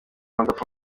udapfa